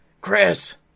chris